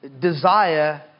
desire